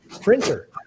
printer